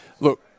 Look